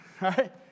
right